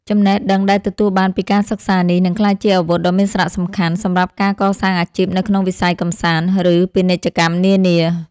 ចំណេះដឹងដែលទទួលបានពីការសិក្សានេះនឹងក្លាយជាអាវុធដ៏មានសារៈសំខាន់សម្រាប់ការកសាងអាជីពនៅក្នុងវិស័យកម្សាន្ត ឬ ពាណិជ្ជកម្មនានា។